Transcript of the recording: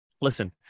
Listen